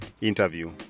interview